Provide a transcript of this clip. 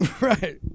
Right